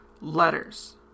letters